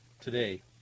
today